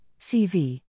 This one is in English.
CV